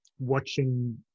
watching